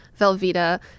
Velveeta